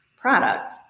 products